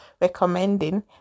recommending